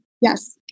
Yes